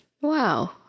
Wow